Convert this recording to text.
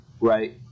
right